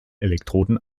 elektroden